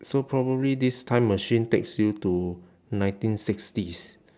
so probably this time machine takes you to nineteen sixties